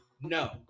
No